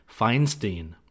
Feinstein